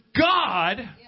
God